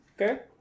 Okay